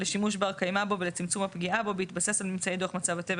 (ה)דוח מצב הטבע